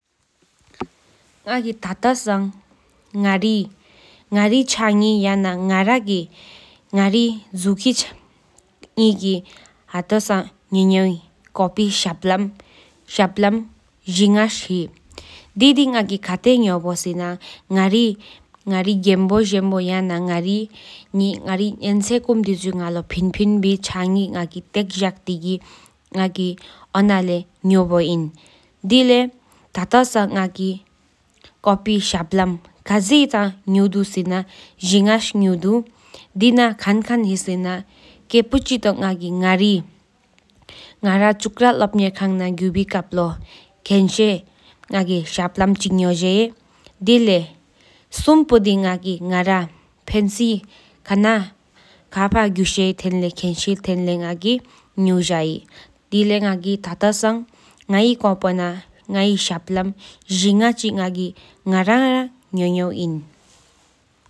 ང་གི་ཐལ་དྲ་སང་ངའི་ཐང་གེ་ཡང་ན་ངའི་བཀོད་འབྱུང་ཡོན་གནས་སྐལ་པ་བཞི་ལྔ་རྣམས་ལེགས་འཇུག་ཡིག་མགོལ། དེ་དག་གི་ང་གི་ཁ་བརྡ་རེ་རྣམས་སིང་པ་ཟིན་ཡང་ན་ངའི་དཀའ་སྤྲུལ་ལས་དང་མྱོང་ངོ་པ་པོ་ཡོད་པར་བཤུང་། དེ་ལས་བྱ་བའི་བསམ་པ་ང་གི་བཀོལ་ཡིག་ཏུང་གནས་མངོན་རྗེས་དུས་འཛུལ་དང་མར་ཕྱོགས་མཚན་ས་པོ། དེ་དུས་མི་འཁུར་རྔོ་ཚོགས་གི་བསམ་འཆར་གིས་ང་གི་མི་ལ་ལོ་ཤུགས་པ་མེད་པར་མཚུངས་ངེ་ཚར་ཡ་པ། དེ་ལས་སུས་ར་པའི་ལས་གསུམ་པ་དག་ང་གི་ངག་ར་དོ་ག་ཆགས་ཀྱང་རྒྱལ་ཡོང་ན་སྟོས་བརླ། དེ་ལས་དུས་འདས་ཅད་ང་ གི་གཟའ་འབི་ད་ནི་མི་མིས་བཀའ་བསྡུ་གར་ཡིག་ཀྱང་མཐར་བསྡོམས་ཀྱང་ཕྱིར་འཇོག་མ་བོ།